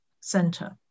center